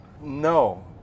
No